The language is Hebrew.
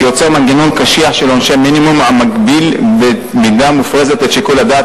שיוצר מנגנון קשיח של עונשי מינימום המגביל במידה מופרזת את שיקול הדעת